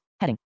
Heading